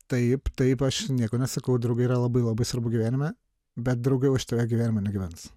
taip taip aš nieko nesakau draugai yra labai labai svarbu gyvenime bet draugai už tave gyvenimo negyvens